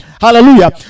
Hallelujah